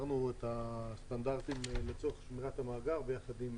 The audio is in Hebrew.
הגדרנו את הסטנדרטים לצורך שמירת המאגר יחד עם